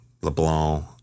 LeBlanc